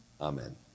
Amen